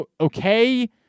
okay